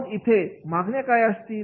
मग इथे मागण्या काय असतील